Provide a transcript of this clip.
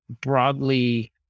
broadly